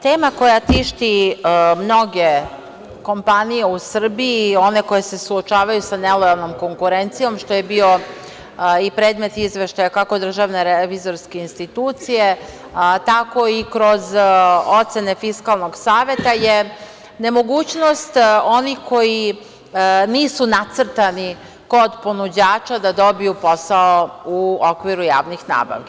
Tema koja tišti mnoge kompanije u Srbiji, one koje se suočavaju sa nelojalnom konkurencijom što je bio i predmet izveštaja, kako DRI, tako i kroz ocene Fiskalnog saveta, jer nemogućnost onih koji nisu nacrtani kod ponuđača da dobiju posao u okviru javnih nabavki.